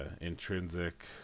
intrinsic